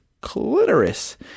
clitoris